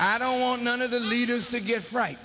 i don't want none of the leaders to get fright